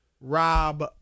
Rob